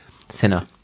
thinner